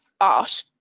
art